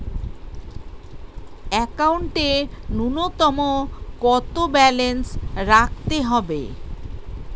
একাউন্টে নূন্যতম কত ব্যালেন্স রাখতে হবে?